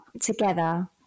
together